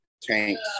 tanks